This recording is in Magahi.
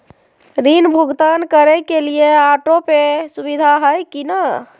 ऋण भुगतान करे के लिए ऑटोपे के सुविधा है की न?